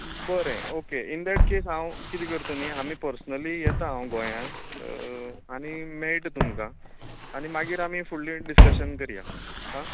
बरें okay in that case हांव किदें करता न्ही आमी पर्सनली येता हांव गोंयान आनी मेळटा तुमकां मागीर आमी फुडलें डिस्कशन करया आ